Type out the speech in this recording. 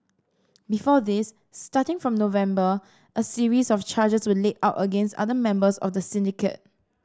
before this starting from November a series of charges were laid out against other members of the syndicate